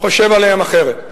חושב עליהם אחרת.